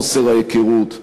חוסר ההיכרות.